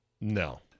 No